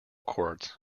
courts